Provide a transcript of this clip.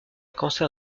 cancer